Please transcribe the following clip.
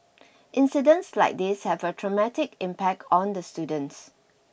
incidents like these have a traumatic impact on the students